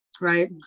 right